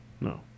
no